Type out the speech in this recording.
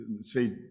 say